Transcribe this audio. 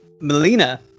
Melina